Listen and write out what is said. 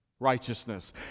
Righteousness